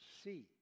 see